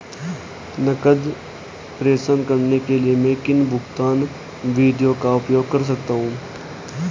नकद प्रेषण करने के लिए मैं किन भुगतान विधियों का उपयोग कर सकता हूँ?